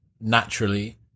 naturally